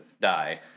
die